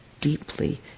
Deeply